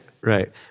Right